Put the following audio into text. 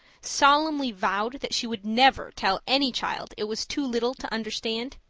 solemnly vowed that she would never tell any child it was too little to understand?